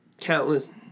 countless